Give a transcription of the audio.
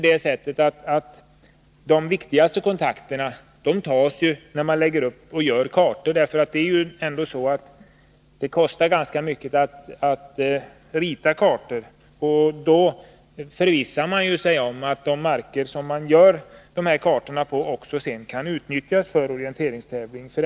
De viktigaste kontakterna tas innan man gör kartor. Det kostar ganska mycket att rita kartor, och därför förvissar man sig om att de marker över vilka man upprättar kartor också kan utnyttjas för orienteringstävling.